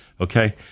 okay